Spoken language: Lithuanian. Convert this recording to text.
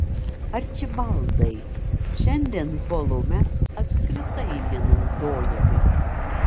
arčibaldai šiandien holo mes apskritai nenaudojame